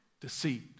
deceit